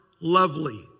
lovely